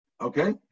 Okay